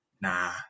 nah